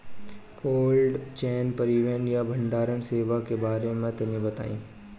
Cold chain परिवहन या भंडारण सेवाओं के बारे में तनी बताई?